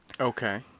Okay